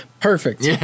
Perfect